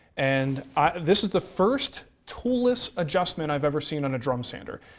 and this is the first tooless adjustment i've ever seen on a drum sander.